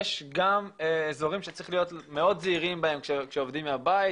יש גם אזורים שצריך להיות מאוד זהירים בהם כשעובדים מהבית,